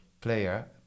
player